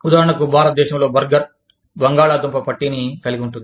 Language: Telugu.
ఉదాహరణకు భారతదేశంలో బర్గర్ బంగాళాదుంప పట్టీని కలిగి ఉంటుంది